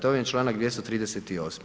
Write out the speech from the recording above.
To vam je čl. 238.